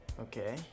Okay